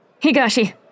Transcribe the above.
Higashi